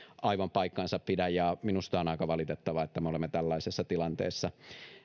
paikkansa pidä ja minusta on aika valitettavaa että me olemme tällaisessa tilanteessa